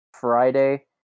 Friday